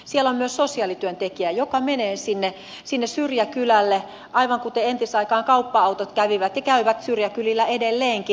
siellä on myös sosiaalityöntekijä joka menee sinne syrjäkylälle aivan kuten entisaikaan kauppa autot kävivät ja käyvät syrjäkylillä edelleenkin